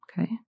okay